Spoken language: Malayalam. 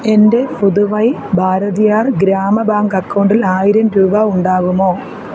എൻ്റെ പുതുവൈ ഭാരതിയാർ ഗ്രാമ ബാങ്ക് അക്കൗണ്ടിൽ ആയിരം രൂപ ഉണ്ടാകുമോ